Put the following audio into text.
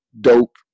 dope